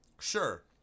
sure